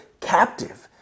captive